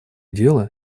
дела